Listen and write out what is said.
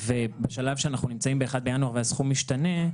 בשלב שאנחנו נמצאים ב-1 בינואר והסכום משתנה,